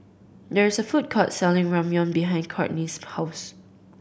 there is a food court selling Ramyeon behind Kortney's house